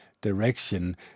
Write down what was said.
direction